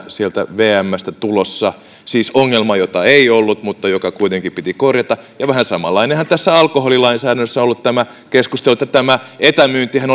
sieltä vmstä tulossa siis ongelma jota ei ollut mutta joka kuitenkin piti korjata vähän samanlainenhan tässä alkoholilainsäädännössä on ollut tämä keskustelu että tämä etämyyntihän